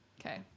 Okay